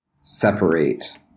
separate